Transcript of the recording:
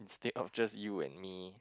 instead of just you and me